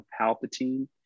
Palpatine